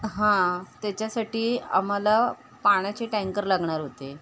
हां त्याच्यासाठी आम्हाला पाण्याचे टँकर लागणार होते